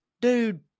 dude